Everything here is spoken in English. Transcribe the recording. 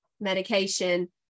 medication